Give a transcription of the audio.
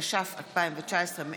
התש"ף 2019,